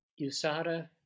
USADA